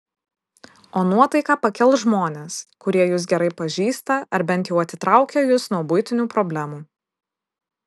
o nuotaiką pakels žmonės kurie jus gerai pažįsta ar bent jau atitraukia jus nuo buitinių problemų